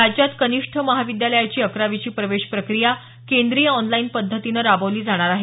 राज्यात कनिष्ठ महाविद्यालयाची अकरावीची प्रवेश प्रक्रिया केंद्रीय ऑनलाईन पद्धतीने राबवली जाणार आहे